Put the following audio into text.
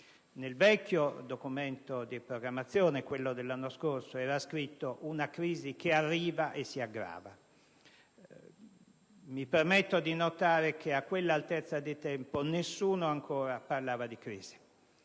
Nel vecchio Documento di programmazione economico-finanziaria, quello dell'anno scorso, era scritto: una crisi che arriva e si aggrava. Mi permetto di notare che a quell'altezza di tempo nessuno ancora parlava di crisi.